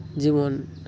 ᱡᱮᱢᱚᱱ